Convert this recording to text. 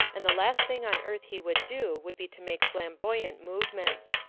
and the last thing on earth he would do would be to make flamboyant movements.